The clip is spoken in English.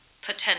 Potential